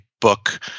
book